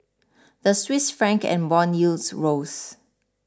the Swiss Franc and bond yields rose